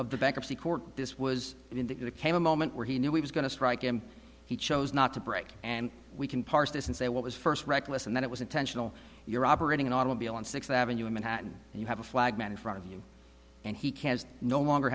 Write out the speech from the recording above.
of the bankruptcy court this was in that it came a moment where he knew he was going to strike him he chose not to break and we can parse this and say what was first reckless and then it was intentional you're operating an automobile on sixth avenue in manhattan and you have a flagman in front of you and he can no longer